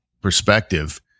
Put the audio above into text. perspective